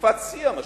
בתקופת שיא המשבר,